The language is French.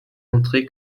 montré